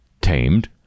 tamed